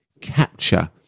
capture